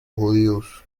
judíos